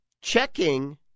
Checking